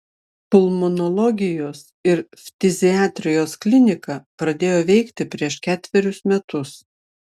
pulmonologijos ir ftiziatrijos klinika pradėjo veikti prieš ketverius metus